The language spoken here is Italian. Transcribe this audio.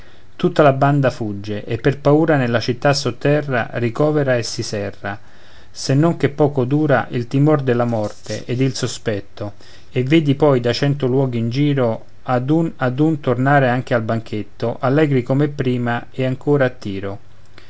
tutta la banda fugge e per paura nella città sotterra ricovera e si serra se non che poco dura il timor della morte ed il sospetto e vedi poi da cento luoghi in giro ad un ad un tornare anche al banchetto allegri come prima e ancora a tiro